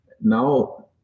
now